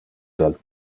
del